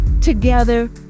Together